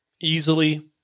easily